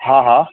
हा हा